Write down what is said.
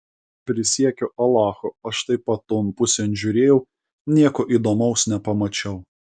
prisiekiu alachu aš taip pat ton pusėn žiūrėjau nieko įdomaus nepamačiau